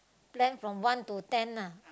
plan from one to ten lah